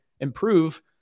improve